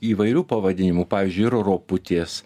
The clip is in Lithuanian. įvairių pavadinimų pavyzdžiui ir roputės